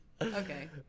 Okay